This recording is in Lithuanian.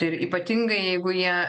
ir ypatingai jeigu jie